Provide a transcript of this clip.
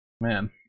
Man